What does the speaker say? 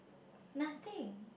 nothing